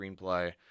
screenplay